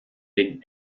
den